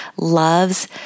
loves